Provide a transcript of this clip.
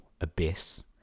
abyss